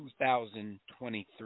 2023